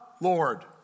Lord